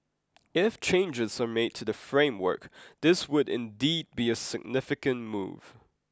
if changes are made to the framework this would indeed be a significant move